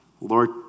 Lord